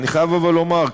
אני חייב אבל לומר,